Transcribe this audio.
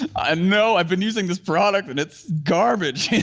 i know, i've been using this product and it's garbage,